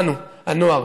אנו הנוער